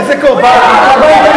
איזה קורבן?